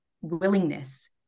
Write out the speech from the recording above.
willingness